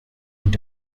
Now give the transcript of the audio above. und